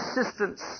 assistance